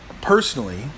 personally